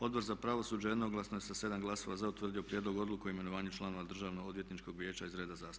Odbor za pravosuđe jednoglasno je sa 7 glasova za utvrdio prijedlog Odluke o imenovanju članova Državnog odvjetničkog vijeća iz reda zastupnika.